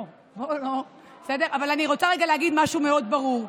בוא לא, אני רוצה להגיד משהו מאוד ברור: